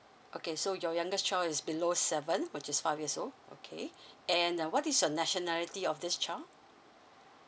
okay so your youngest child is below seven which is five years old okay and uh what is your nationality of this child